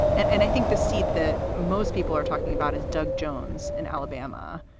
and and i think the seat that most people are talking about is doug jones in alabama.